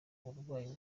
uburwayi